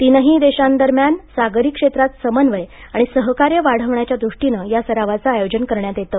तीनही दोशांदरम्यान सागरी क्षेत्रांत समन्वय आणि सहकार्य वाढवण्याच्या दृष्टीनं या सरावाचं आयोजन करण्यात येतं